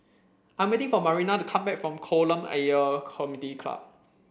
I'm waiting for Marina to come back from Kolam Ayer Community Club